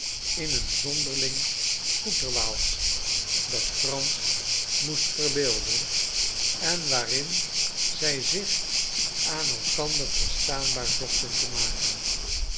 in een zonderling koeterwaalsch dat fransch moest verbeelden en waarin zij zich aan elkander verstaanbaar zochten te maken